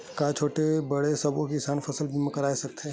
का छोटे बड़े सबो किसान फसल बीमा करवा सकथे?